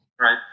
right